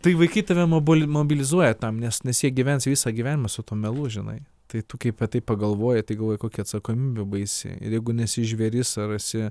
tai vaikai tave mobi mobilizuoja tam nes nes jie gyvens visą gyvenimą su tuo melu žinai tai tu kai apie tai pagalvoji tai galvoji kokia atsakomybė baisi ir jeigu nesi žvėris ar esi